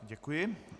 Děkuji.